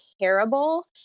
terrible